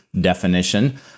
definition